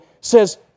says